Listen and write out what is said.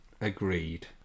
agreed